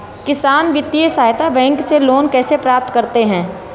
किसान वित्तीय सहायता बैंक से लोंन कैसे प्राप्त करते हैं?